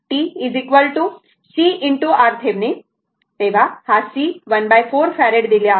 तर c हा 1 4 farad दिला आहे